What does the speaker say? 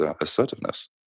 assertiveness